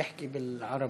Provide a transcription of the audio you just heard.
אִחכי באל-ערבי.